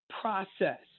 process